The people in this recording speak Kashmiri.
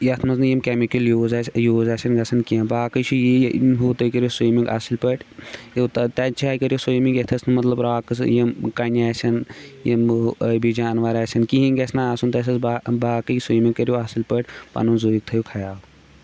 یَتھ منٛز نہٕ یِم کٮ۪مِکَل یوٗز آسہِ یوٗز آسن گژھان کینٛہہ باقٕے چھِ یی ہُہ تُہۍ کٔرِو سُیمِنٛگ اَصٕل پٲٹھۍ یوٗتاہ تَتھ جاے کٔرِو سُیمِنٛگ یَتھ أسۍ مطلب راکٕس یِم کَنہِ آسن یِم ٲبی جاناوار آسن کِہیٖنۍ گژھِ نہٕ آسُن تَتیٚتھ با باقٕے سُیمِنٛگ کٔرِو اَصٕل پٲٹھۍ پَنُن زُوُک تھٲیِو خیال